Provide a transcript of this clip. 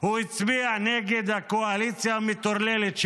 הוא הצביע נגד הקואליציה המטורללת שלו: